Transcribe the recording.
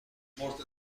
مشخصه